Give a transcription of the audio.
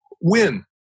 win